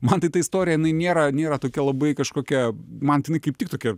man tai ta istorija jinai nėra nėra tokia labai kažkokia man tai jinai kaip tik tokia